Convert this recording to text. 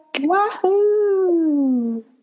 Wahoo